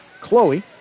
Chloe